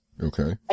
Okay